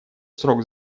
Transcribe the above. срок